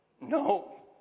No